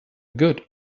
good